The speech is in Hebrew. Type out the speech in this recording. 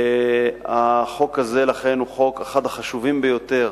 ולכן החוק הזה הוא אחד החשובים ביותר